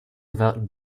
without